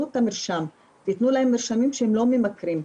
את המרשם ויתנו להם תרופות לא ממכרות.